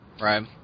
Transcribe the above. Right